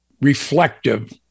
reflective